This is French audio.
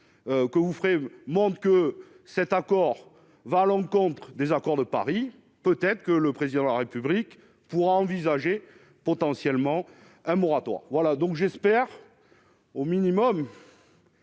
que vous Ferez monde que cet accord va à l'encontre des accords de Paris, peut-être que le président de la République pourra envisager potentiellement un moratoire voilà donc j'espère au minimum.